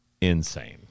insane